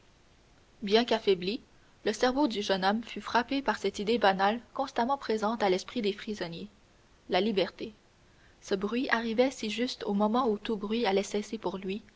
bien qu'affaibli le cerveau du jeune homme fut frappé par cette idée banale constamment présente à l'esprit des prisonniers la liberté ce bruit arrivait si juste au moment où tout bruit allait cesser pour lui